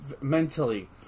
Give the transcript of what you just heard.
mentally